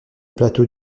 plateau